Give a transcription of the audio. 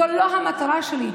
זו לא המטרה שלי.